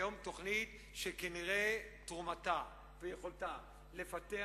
היום היא תוכנית שכנראה תרומתה ויכולתה לפתח